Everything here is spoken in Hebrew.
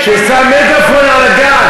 שם מגאפון על הגג.